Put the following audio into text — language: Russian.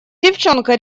девчонка